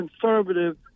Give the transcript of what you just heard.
conservative